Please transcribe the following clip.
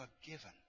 forgiven